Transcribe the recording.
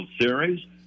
Series